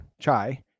Chai